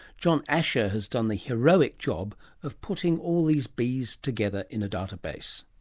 john ascher has done the heroic job of putting all these bees together in a database.